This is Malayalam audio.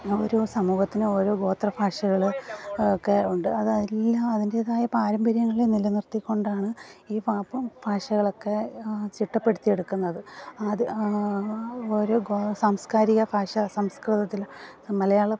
ഓരോ സമൂഹത്തിനും ഓരോ ഗോത്ര ഭാഷകൾ ഒക്കെ ഉണ്ട് അതെല്ലാം അതിൻ്റേതായ പാരമ്പര്യങ്ങളെ നിലനിർത്തി കൊണ്ടാണ് ഈ പാപ്പും ഭാഷകളൊക്കെ ചിട്ടപ്പെടുത്തി എടുക്കുന്നത് അത് ഓരോ ഗോ സാംസ്കാരിക ഭാഷാ സംസ്കാരത്തിൽ മലയാളം